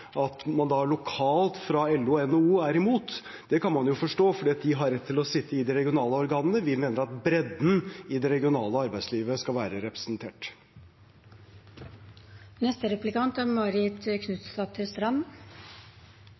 At man fra LO og NHO lokalt er imot, kan man jo forstå, for de har rett til å sitte i de regionale organene. Vi mener at bredden i det regionale arbeidslivet skal være